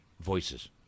Voices